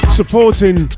supporting